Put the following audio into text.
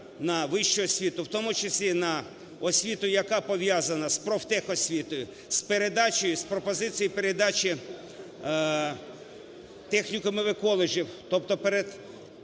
на вищу освіту, в тому числі, на освіту, яка пов'язана з профтехосвітою, з передачею, з пропозицією передачі технікумів і коледжів, тобто передфахової,